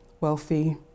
wealthy